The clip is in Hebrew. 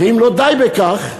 ואם לא די בכך,